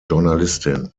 journalistin